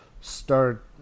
start